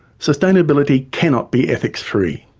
sustainability cannot be ethics-free.